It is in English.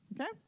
Okay